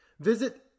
Visit